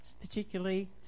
particularly